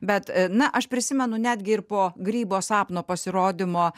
bet na aš prisimenu netgi ir po grybo sapno pasirodymo